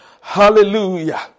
hallelujah